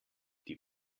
die